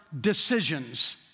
decisions